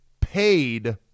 paid